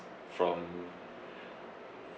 from